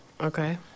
Okay